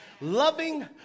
loving